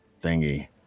thingy